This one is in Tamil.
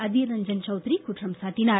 அதிர்ரஞ்சன் சவுத்திரி குற்றம் சாட்டினார்